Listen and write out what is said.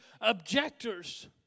objectors